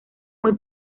muy